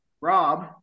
Rob